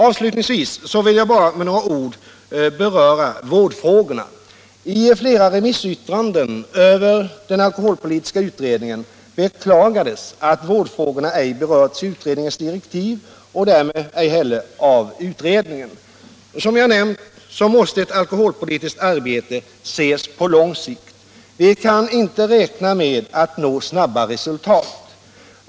Avslutningsvis vill jag bara med några få ord beröra vårdfrågorna. I flera remissyttranden över den alkoholpolitiska utredningen beklagades att vårdfrågorna ej berörts i utredningens direktiv och därmed ej heller av utredningen. Som jag nämnt måste ett alkoholpolitiskt arbete ses på lång sikt. Vi kan inte räkna med att nå snara resultat.